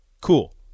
cool